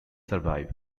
survive